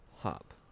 hop